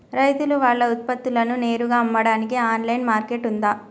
రైతులు వాళ్ల ఉత్పత్తులను నేరుగా అమ్మడానికి ఆన్లైన్ మార్కెట్ ఉందా?